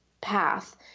path